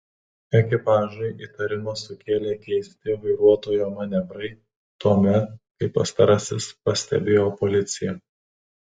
ekipažui įtarimą sukėlė keisti vairuotojo manevrai tuomet kai pastarasis pastebėjo policiją